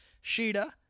Sheeta